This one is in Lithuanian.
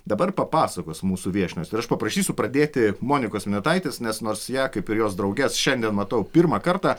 dabar papasakos mūsų viešnios ir aš paprašysiu pradėti monikos miniotaitės nes nors ją kaip ir jos drauges šiandien matau pirmą kartą